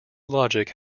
logic